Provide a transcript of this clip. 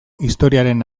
historiaren